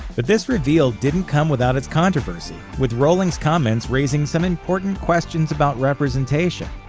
but this reveal didn't come without its controversy, with rowling's comments raising some important questions about representation.